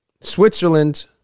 Switzerland